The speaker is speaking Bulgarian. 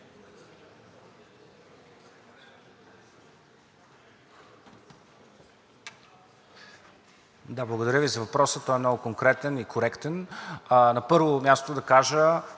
Благодаря Ви за въпроса – той е много конкретен и коректен. На първо място, да кажа